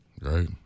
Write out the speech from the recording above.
right